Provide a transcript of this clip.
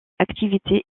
activité